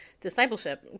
discipleship